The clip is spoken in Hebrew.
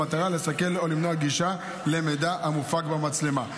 במטרה לסכל או למנוע גישה למידע המופק במצלמה.